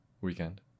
weekend